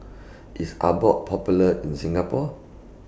IS Abbott Popular in Singapore